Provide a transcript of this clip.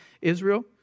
Israel